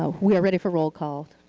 ah we are ready for roll call.